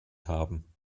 haben